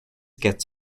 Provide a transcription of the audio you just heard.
gets